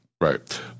Right